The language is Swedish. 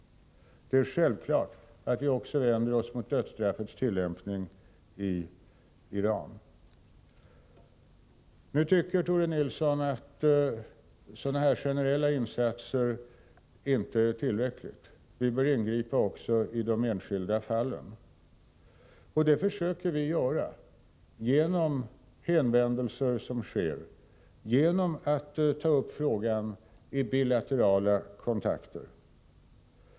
Det är självklart att vi vänder oss också mot dödsstraffets tillämpning i Iran. Tore Nilsson tycker att sådana här generella insatser inte är tillräckliga. Vi bör enligt honom ingripa också i de enskilda fallen. Det försöker vi göra, genom hänvändelser och genom att ta upp frågan i bilaterala kontakter.